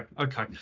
okay